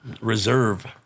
Reserve